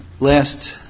last